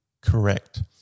correct